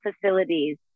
facilities